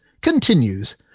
continues